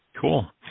Cool